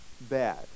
bad